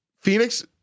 phoenix